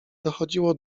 dochodziło